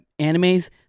animes